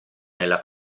nella